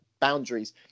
boundaries